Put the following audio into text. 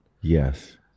Yes